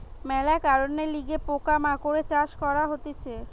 মেলা কারণের লিগে পোকা মাকড়ের চাষ করা হতিছে